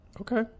okay